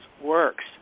works